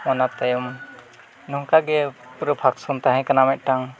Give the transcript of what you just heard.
ᱚᱱᱟ ᱛᱟᱭᱚᱢ ᱱᱚᱝᱠᱟᱜᱮ ᱯᱩᱨᱟᱹ ᱯᱷᱟᱠᱥᱚᱱ ᱛᱟᱦᱮᱸ ᱠᱟᱱᱟ ᱢᱤᱫᱴᱟᱝ